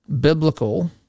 biblical